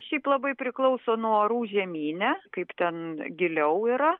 šiaip labai priklauso nuo orų žemyne kaip ten giliau yra